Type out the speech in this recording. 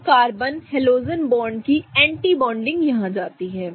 तो carbon halogen bond की anti bonding यहाँ जाती है